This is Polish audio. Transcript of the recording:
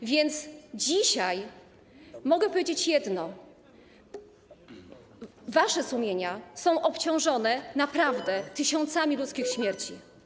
A więc dzisiaj mogę powiedzieć jedno: wasze sumienia są obciążone naprawdę tysiącami ludzkich śmierci.